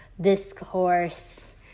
discourse